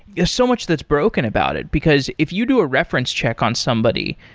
there's so much that's broken about it, because if you do a reference check on somebody,